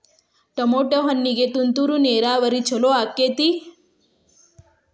Tomato ಹಣ್ಣಿಗೆ ತುಂತುರು ನೇರಾವರಿ ಛಲೋ ಆಕ್ಕೆತಿ?